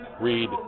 read